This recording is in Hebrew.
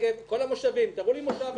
כל המושבים תראו לי מושב אחד,